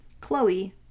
Chloe